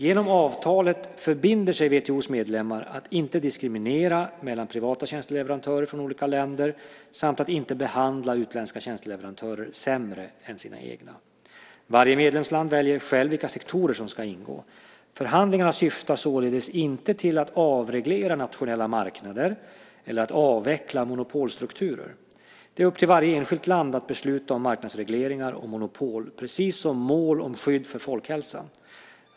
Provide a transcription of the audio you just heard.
Genom avtalet förbinder sig WTO:s medlemmar att inte diskriminera mellan privata tjänsteleverantörer från olika länder samt att inte behandla utländska tjänsteleverantörer sämre än sina egna. Varje medlemsland väljer själv vilka sektorer som ska ingå. Förhandlingarna syftar således inte till att avreglera nationella marknader eller att avveckla monopolstrukturer. Det är upp till varje enskilt land att besluta om marknadsregleringar och monopol, precis som mål om skydd för folkhälsan.